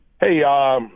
Hey